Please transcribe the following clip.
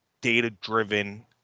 data-driven